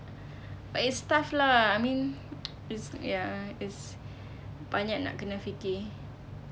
but it's tough lah I mean it's ya it's banyak nak kena fikir